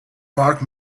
park